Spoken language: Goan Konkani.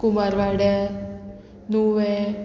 कुंभारवाड्यार नुवें